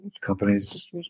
companies